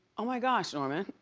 oh my gosh, norman,